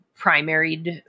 primaried